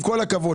עם כל הכבוד,